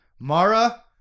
Mara